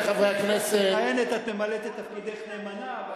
בכל תפקיד שאת מכהנת, את ממלאת את תפקידך נאמנה.